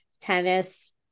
tennis